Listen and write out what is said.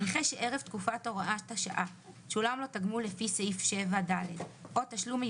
"(יא)נכה שערב תקופת הוראת השעה שולם לו תגמול לפי סעיף 7ד או תשלום מחיה